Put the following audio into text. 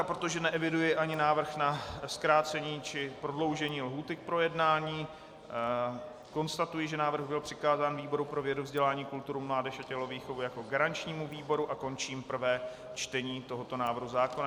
A protože neeviduji ani návrh na zkrácení či prodloužení lhůty k projednání, konstatuji, že návrh byl přikázán výboru pro vědu, vzdělání, kulturu, mládež a tělovýchovu jako garančnímu výboru, a končím prvé čtení tohoto návrhu zákona.